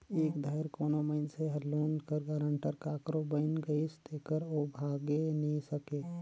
एक धाएर कोनो मइनसे हर लोन कर गारंटर काकरो बइन गइस तेकर ओ भागे नी सके